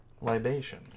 Libation